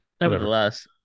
Nevertheless